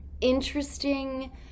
interesting